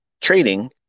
Trading